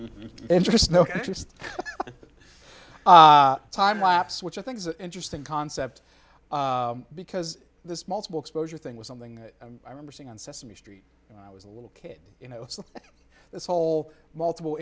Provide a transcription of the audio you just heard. no interest time lapse which i think is an interesting concept because this multiple exposure thing was something that i remember seeing on sesame street when i was a little kid you know this whole multiple